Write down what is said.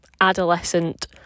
adolescent